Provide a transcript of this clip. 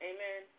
Amen